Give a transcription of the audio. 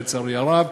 לצערי הרב.